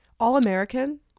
All-American